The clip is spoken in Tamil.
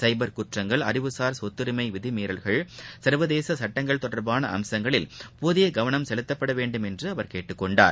சைபர் குற்றங்கள் அறிவுசார் சொத்துரிமை விதிமீறல்கள் சர்வதேச சட்டங்கள் தொடர்பான அம்சங்களில் போதிய கவனம் செலுத்தப்பட வேண்டும் என்று கேட்டுக் கொண்டார்